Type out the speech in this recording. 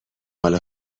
مال